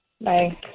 Bye